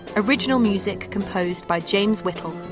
original music composed by james whittle.